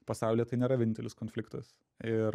pasaulyje tai nėra vienintelis konfliktas ir